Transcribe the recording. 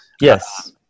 Yes